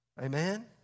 Amen